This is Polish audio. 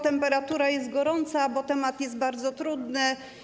Temperatura jest wysoka, bo temat jest bardzo trudny.